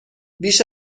بیش